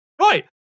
Right